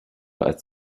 als